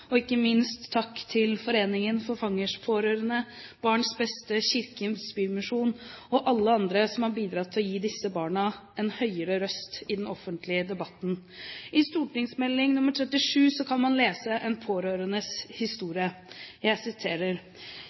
og, ikke minst, takk til foreningen For Fangers Pårørende, BarnsBeste, Kirkens Bymisjon og alle andre som har bidratt til å gi disse barna en stemme i den offentlige debatten. I St.meld. nr. 37 for 2007–2008 kan man lese en pårørendes historie: